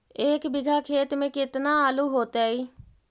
एक बिघा खेत में केतना आलू होतई?